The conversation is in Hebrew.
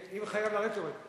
אם חייב לרדת, יורד.